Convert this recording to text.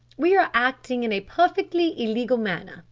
we are acting in a perfectly illegal manner,